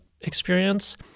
experience